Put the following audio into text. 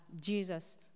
Jesus